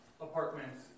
apartments